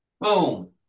Boom